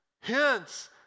hence